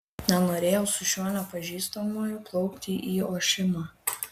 nenorėjau su šiuo nepažįstamuoju plaukti į ošimą